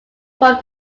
from